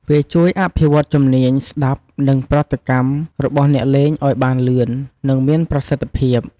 វាជួយអភិវឌ្ឍជំនាញ ស្តាប់ និងប្រតិកម្ម របស់អ្នកលេងឱ្យបានលឿន និងមានប្រសិទ្ធភាព។